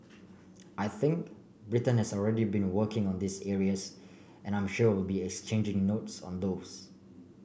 I think Britain has already been working on these areas and I'm sure we'll be exchanging notes on those